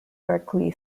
berkeley